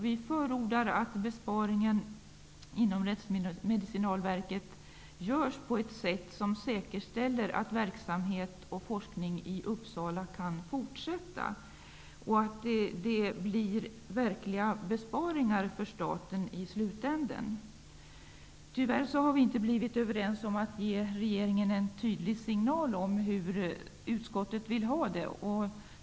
Vi förordar att besparingen inom Rättsmedicinalverket görs på ett sätt som säkerställer att verksamhet och forskning i Uppsala kan fortsätta och att det blir verkliga besparingar för staten i slutändan. Tyvärr har vi inte blivit överens om att ge regeringen en tydlig signal om hur utskottet vill ha det.